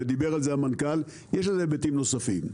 ודיבר על זה המנכ"ל, יש לזה היבטים נוספים.